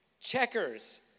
checkers